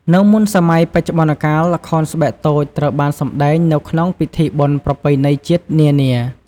នៅមុនសម័យបច្ចុប្បន្នកាល ល្ខោនស្បែកតូចត្រូវបានសម្តែងនៅក្នុងពិធីបុណ្យប្រពៃណីជាតិនានា ។